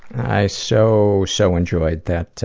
i so, so enjoyed that